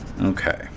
Okay